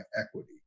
equity